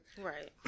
right